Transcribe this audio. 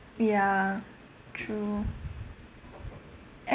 ya true